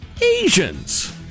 Asians